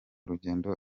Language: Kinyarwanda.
rugendo